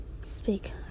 speak